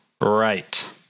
Right